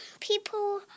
people